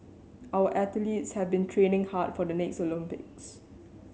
our athletes have been training hard for the next Olympics